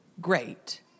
great